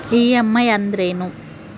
EMI ಅಂದ್ರೇನು?